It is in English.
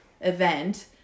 event